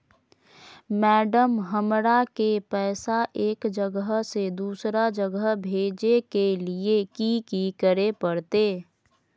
Madam, हमरा के पैसा एक जगह से दुसर जगह भेजे के लिए की की करे परते?